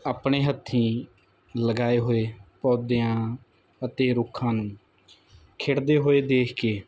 ਆਪਣੇ ਹੱਥੀ ਲਗਾਏ ਹੋਏ ਪੌਦਿਆਂ ਅਤੇ ਰੁੱਖਾਂ ਨੂੰ ਖਿੜਦੇ ਹੋਏ ਦੇਖ ਕੇ